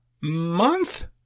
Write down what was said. month